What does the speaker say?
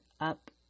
up